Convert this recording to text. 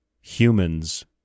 humans